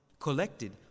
Collected